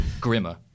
grimmer